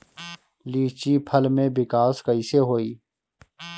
लीची फल में विकास कइसे होई?